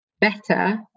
better